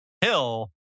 hill